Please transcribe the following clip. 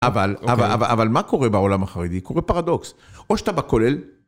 אבל מה קורה בעולם החרדי? קורה פרדוקס, או שאתה בכולל...